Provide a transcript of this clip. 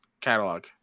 catalog